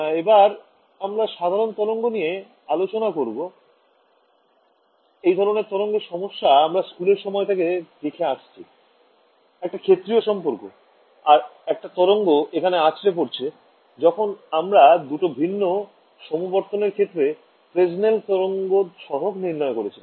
এবার আমরা সাধারণ তরঙ্গ নিয়ে আলোচনা করবো এই ধরনের তরঙ্গের সমস্যা আমরা স্কুল এর সময় থেকে দেখে আসছি একটা ক্ষেত্রীয় সম্পর্ক আর একটা তরঙ্গ এখানে আছড়ে পড়ছে যখন আমরা দুটো ভিন্ন সমবর্তন এর ক্ষেত্রে ফ্রেস্নেল তরঙ্গ সহগ নির্ণয় করেছিলাম